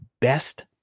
best